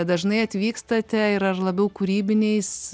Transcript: dažnai atvykstate ir ar labiau kūrybiniais